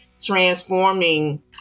transforming